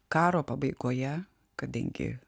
karo pabaigoje kadangi